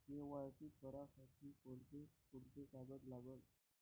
KYC करासाठी कोंते कोंते कागद लागन?